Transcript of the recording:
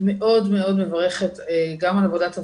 מאוד מאוד מברכת גם על עבודת הוועדה.